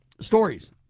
stories